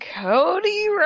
Cody